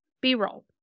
b-roll